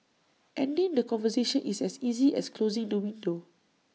ending the conversation is as easy as closing the window